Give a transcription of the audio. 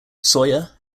sawyer